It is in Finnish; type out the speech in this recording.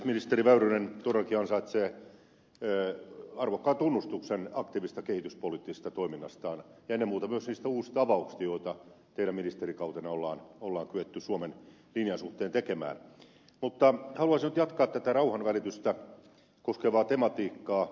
ministeri väyrynen todellakin ansaitsee arvokkaan tunnustuksen aktiivisesta kehityspoliittisesta toiminnastaan ja ennen muuta myös niistä uusista avauksista joita teidän ministerikautenanne on kyetty suomen linjan suhteen tekemään mutta haluaisin jatkaa tätä rauhanvälitystä koskevaa tematiikkaa